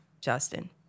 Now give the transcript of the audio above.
Justin